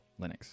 Linux